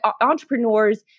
entrepreneurs